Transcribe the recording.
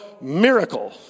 miracle